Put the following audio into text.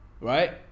right